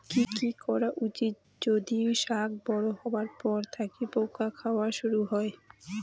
কি করা উচিৎ যদি শাক বড়ো হবার পর থাকি পোকা খাওয়া শুরু হয়?